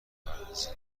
بپردازید